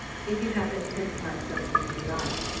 if you happen to hit upon something they like.